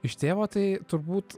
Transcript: iš tėvo tai turbūt